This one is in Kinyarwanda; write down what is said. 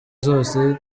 zose